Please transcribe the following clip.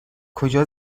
کجا